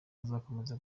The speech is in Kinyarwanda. azakomeza